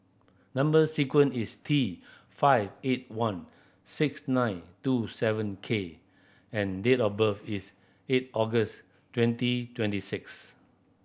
number sequence is T five eight one six nine two seven K and date of birth is eight August twenty twenty six